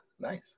Nice